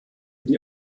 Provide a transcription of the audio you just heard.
die